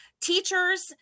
teachers